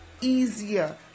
easier